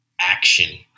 action